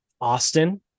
Austin